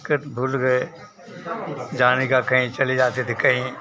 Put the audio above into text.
के भूल गए जाने का कहीं चले जाते थे कहीं